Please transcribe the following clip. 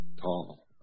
tall